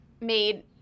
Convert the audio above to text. made